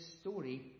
story